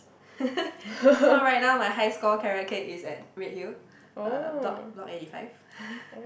so right now my high score carrot cake is at Redhill uh block block eighty five